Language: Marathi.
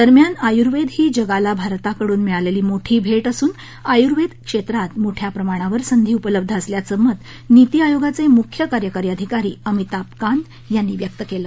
दरम्यान आयूर्वेद ही जगाला भारताकडून मिळालेली मोठी भेट असून आयूर्वेद क्षेत्रात मोठ्या प्रमाणावर संधी उपलब्ध असल्याचं मत नीती आयोगाचे मुख्य कार्यकारी अधिकारी अमिताभ कांत यांनी व्यक्त केलं